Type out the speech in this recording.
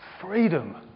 freedom